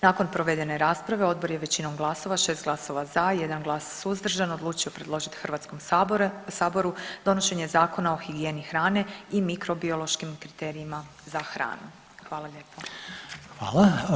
Nakon provedene rasprave odbor je većinom glasova 6 glasova za, 1 glas suzdržan odlučio predložiti Hrvatskom saboru donošenje Zakona o higijeni hrane i mikrobiološkim kriterijima za hranu.